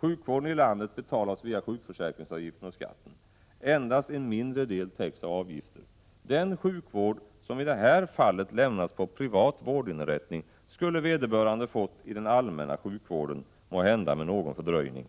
Sjukvården i landet betalas via sjukförsäkringsavgiften och skatten. Endast en mindre del täcks av avgifter. Den sjukvård som i det här fallet lämnas på privat vårdinrättning skulle vederbörande ha fått i den allmänna sjukvården, måhända med någon fördröjning.